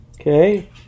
okay